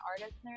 artist